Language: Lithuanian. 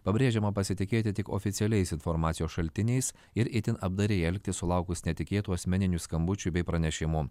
pabrėžiama pasitikėti tik oficialiais informacijos šaltiniais ir itin apdairiai elgtis sulaukus netikėtų asmeninių skambučių bei pranešimų